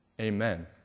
Amen